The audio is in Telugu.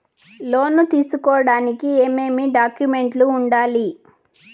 లోను తీసుకోడానికి ఏమేమి డాక్యుమెంట్లు ఉండాలి